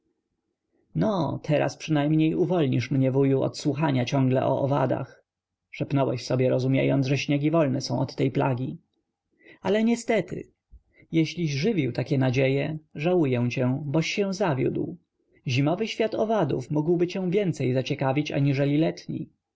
no teraz przynajmniej uwolnisz mię wuju od słuchania ciągle o owadach szepnąłeś sobie rozumiejąc że śniegi wolne są od tej plagi ale niestety jeśliś żywił takie nadzieje żałuję cię boś się zawiódł zimowy świat owadów mógłby cię więcej zaciekawić aniżeli letni